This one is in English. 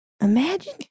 Imagine